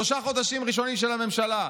שלושה חודשים ראשונים של הממשלה,